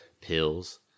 Pills